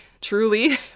truly